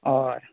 होय